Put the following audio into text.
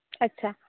ᱟᱪᱪᱷᱟ